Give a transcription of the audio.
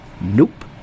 Nope